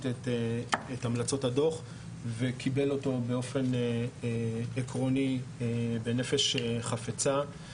את המלצות הדוח וקיבל אותו באופן עקרוני בנפש חפצה.